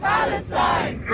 Palestine